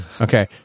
Okay